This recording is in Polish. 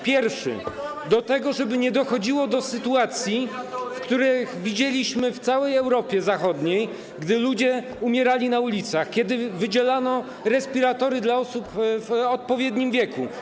Pierwszy - żeby nie dochodziło do sytuacji, które widzieliśmy w całej Europie Zachodniej, gdy ludzie umierali na ulicach, kiedy wydzielano respiratory osobom w odpowiednim wieku.